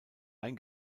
ein